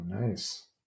nice